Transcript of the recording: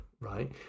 right